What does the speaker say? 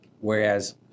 whereas